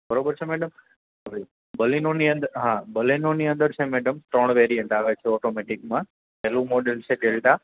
બરોબર છે madam sorry બલેનોની અંદર હાં બલેનોની અંદર છે મેડમ ત્રણ વેરિયન્ટ આવે છે ઓટોમેટિકમાં પેલું મોડેલ છે ડેલ્ટા